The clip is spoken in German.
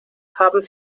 haben